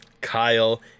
Kyle